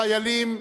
חיילים,